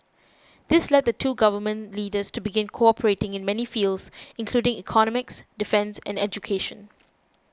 this led the two Government Leaders to begin cooperating in many fields including economics defence and education